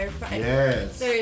Yes